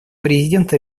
президента